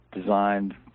designed